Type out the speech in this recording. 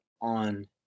on